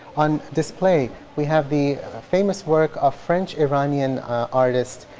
on display we have the famous work of french iranian artist,